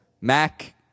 Mac